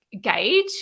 gauge